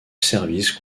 service